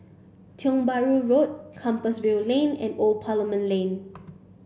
Tiong Bahru Road Compassvale Lane and Old Parliament Lane